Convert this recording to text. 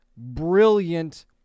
brilliant